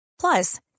Plus